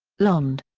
lond.